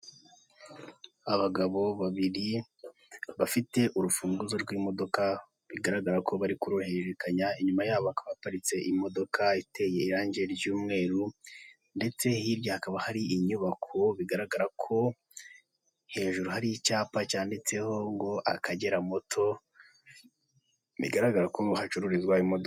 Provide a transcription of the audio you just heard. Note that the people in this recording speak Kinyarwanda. Abagabo babiri, bafite urufunguzo rw'imodoka, bigaragara ko bari kuruhererekanya, inyuma yabo hakaba haparitse imodoka iteye irangi ry'umweru, ndetse hirya hakaba hari inyubako bigaragara ko hejuru hari icyapa cyanditseho ngo Akagera moto, bigaragara ko hacururizwa imodoka.